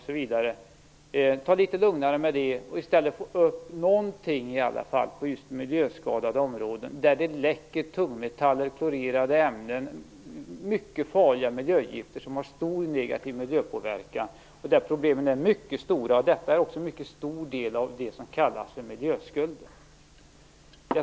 Varför inte ta det litet lugnare med det och i stället satsa åtminstone någonting på miljöskadade områden, där det läcker tungmetaller, klorerade ämnen och andra mycket farliga miljögifter med stor negativ miljöpåverkan och där problemen är mycket stora? Det här är också en mycket stor del av det som kallas för miljöskulden.